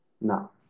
No